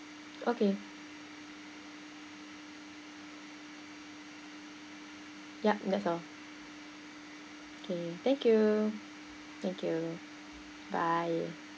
okay yup that's all okay thank you thank you bye